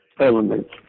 elements